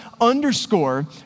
underscore